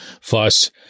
fuss